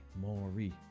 Maury